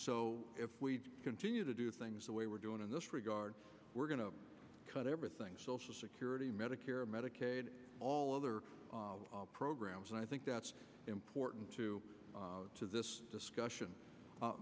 so if we continue to do things the way we're doing in this regard we're going to cut everything social security medicare medicaid all other programs and i think that's important too to this discussion